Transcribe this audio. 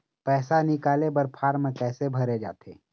पैसा निकाले बर फार्म कैसे भरे जाथे?